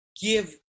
give